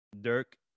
Dirk